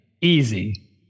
easy